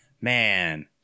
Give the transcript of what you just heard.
Man